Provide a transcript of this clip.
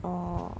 oh